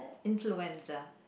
influencer